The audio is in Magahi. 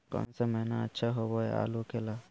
कौन सा महीना अच्छा होइ आलू के ला?